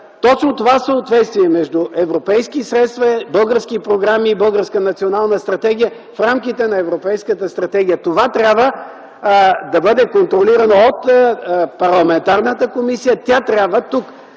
точно това съответствие между европейски средства, български програми и българска национална стратегия в рамките на Европейската стратегия. Това трябва да бъде контролирано от парламентарната комисия. Тук тя трябва да